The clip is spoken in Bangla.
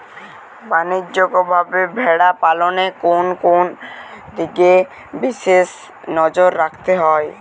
বাণিজ্যিকভাবে ভেড়া পালনে কোন কোন দিকে বিশেষ নজর রাখতে হয়?